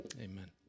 amen